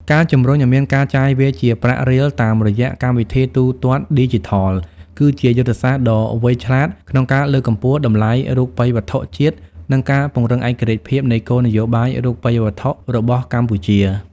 ការជម្រុញឱ្យមានការចាយវាយជាប្រាក់រៀលតាមរយៈកម្មវិធីទូទាត់ឌីជីថល គឺជាយុទ្ធសាស្ត្រដ៏វៃឆ្លាតក្នុងការលើកកម្ពស់តម្លៃរូបិយវត្ថុជាតិ និងការពង្រឹងឯករាជ្យភាពនៃគោលនយោបាយរូបិយវត្ថុរបស់កម្ពុជា។